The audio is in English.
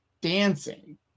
dancing